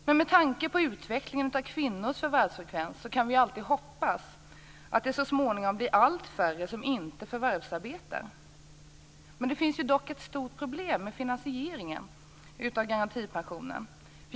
Men med tanke på utvecklingen av kvinnors förvärvsfrekvens kan vi alltid hoppas att det så småningom blir allt färre som inte förvärvsarbetar. Det finns dock ett stort problem med finansieringen av garantipensionen.